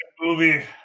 movie